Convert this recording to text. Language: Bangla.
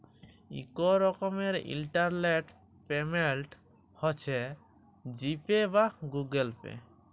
ইক রকমের ইলটারলেট পেমেল্ট হছে জি পে বা গুগল পে